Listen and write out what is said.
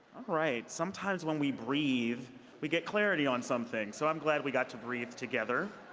right. sometimes when we breathe we get clarity on something, so i'm glad we got to breathe together